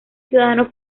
ciudadano